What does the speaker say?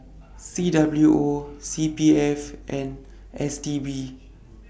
C W O C P F and S T B